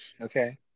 okay